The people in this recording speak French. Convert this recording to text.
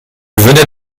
venais